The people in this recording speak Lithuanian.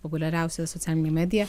populiariausia socialinė medija